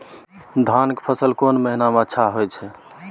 धान के फसल कोन महिना में अच्छा होय छै?